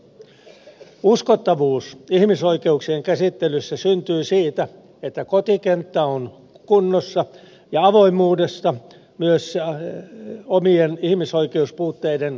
uskottavuus ihmisoikeuk sien käsittelyssä syntyy siitä että kotikenttä on kunnossa ja avoimuudesta myös omien ihmisoikeuspuutteiden käsittelyssä